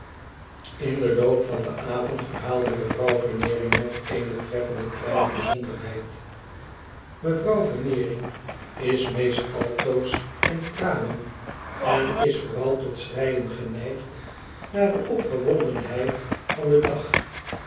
in den loop van den avond verhaalde mevrouw veneering nog eene treffende kleine bijzonderheid mevrouw veneering is meest altoos in tranen en is vooral tot schreien geneigd na de opgewondenheid van den dag